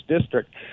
district